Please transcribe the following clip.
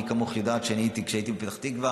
מי כמוך יודעת שכשהייתי בפתח תקווה